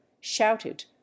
shouted